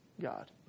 God